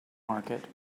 market